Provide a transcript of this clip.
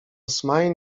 smain